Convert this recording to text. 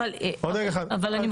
במיוחד וצריכה